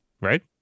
Right